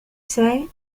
say